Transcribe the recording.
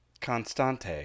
Constante